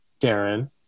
Darren